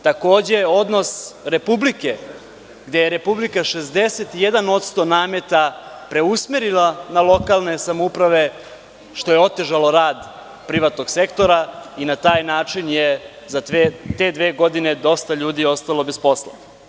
Takođe, odnos Republike gde je Republika 61% nameta preusmerila na lokalne samouprave, što je otežalo rad privatnog sektora i na taj način je za te dve godine dosta ljudi ostalo bez posla.